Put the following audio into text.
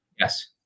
Yes